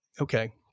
okay